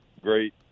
great